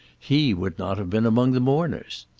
he would not have been among the mourners.